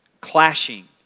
clashing